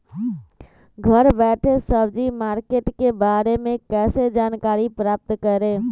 घर बैठे सब्जी मार्केट के बारे में कैसे जानकारी प्राप्त करें?